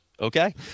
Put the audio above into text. okay